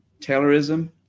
Taylorism